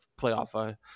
playoff